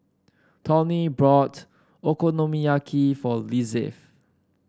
Tawny bought Okonomiyaki for Lizeth